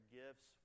gifts